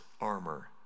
armor